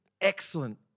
excellent